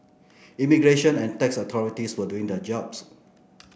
immigration and tax authorities were doing their jobs